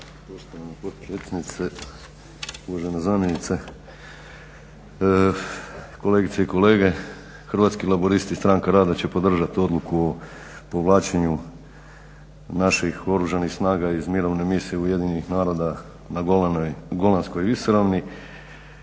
potpredsjednice, uvažena zamjenice, kolegice i kolege. Hrvatski laburisti stranka rada će podržat Odluku o povlačenju naših oružanih snaga iz Mirovne misije UN-a na Golanskoj visoravni,